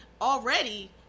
already